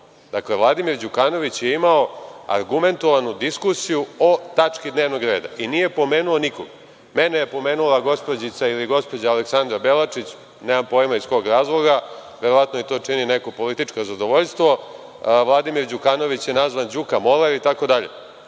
moler. Dakle, Vladimir Đukanović je imao argumentovanu diskusiju o tački dnevnog reda i nije pomenuo nikoga. Mene je pomenula gospođica ili gospođa Aleksandra Belačić, nemam pojma iz kog razloga, verovatno joj to čini neko političko zadovoljstvo, Vladimir Đukanović je nazvan Đuka moler i tako dalje.